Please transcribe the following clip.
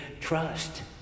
trust